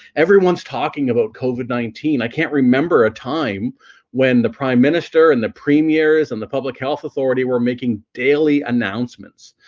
everyone's talking about covied nineteen. i can't remember a time when the prime minister and the premier's and the public health authority we're making daily announcements